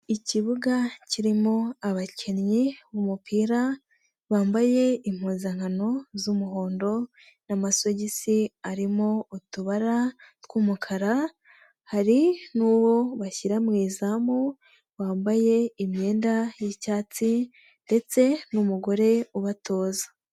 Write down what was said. Ikibuga kirimo abakinnyi bumupira, bambaye impuzankano z'umuhondo, n'amasogisi arimo utubara tw'umukara, hari n'uwo bashyira mu izamu wambaye imyenda y'icyatsi ndetse n'umugore ubatoza.